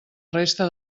resta